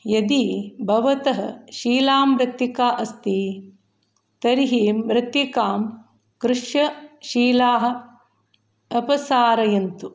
यदि भवतः शीलां मृत्तिका अस्ति तर्हि मृत्तिकां कृष्य शीलाः अपसारयन्तु